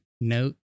Note